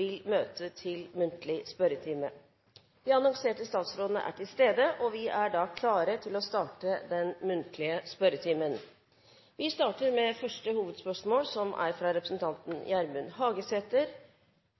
vil møte til muntlig spørretime. De annonserte statsrådene er til stede, og vi er klare til å starte den muntlige spørretimen. Vi starter med første hovedspørsmål, fra representanten Gjermund Hagesæter.